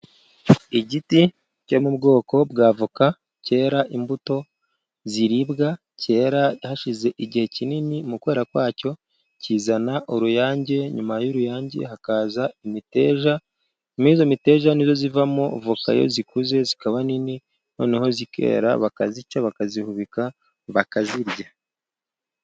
Igiti cyo mu bwoko bwa avoka cyera imbuto ziribwa, cyera hashize igihe kinini. Mu kwera kwacyo kizana uruyange, nyuma y'uruyange hakaza imiteja, mu iyo miteja niyo ivamo voka. Iyo zikuze zikaba nini noneho zikera, bakazica bakazihubika bakazirya.